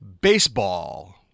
baseball